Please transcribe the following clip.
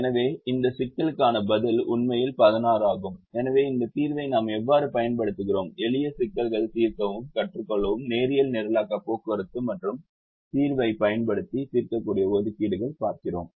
எனவே இந்த சிக்கலுக்கான பதில் உண்மையில் 16 ஆகும் எனவே இந்த தீர்வை நாம் எவ்வாறு பயன்படுத்துகிறோம் எளிய சிக்கல்களை தீர்க்கவும் கற்றுக்கொள்ளவும் நேரியல் நிரலாக்க போக்குவரத்து மற்றும் தீர்வைப் பயன்படுத்தி தீர்க்கக்கூடிய ஒதுக்கீடுகள் பார்க்கிறோம்